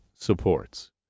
supports